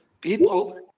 people